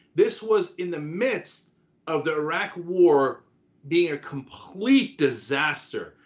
this was in the midst of the iraq war being a complete disaster,